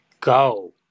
go